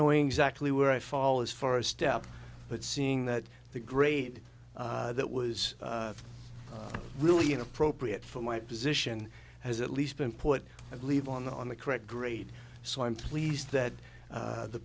knowing exactly where i fall as far as step but seeing that the grade that was really inappropriate for my position has at least been put i believe on the correct grade so i'm pleased that